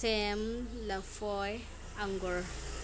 ꯁꯦꯝ ꯂꯐꯣꯏ ꯑꯪꯒꯨꯔ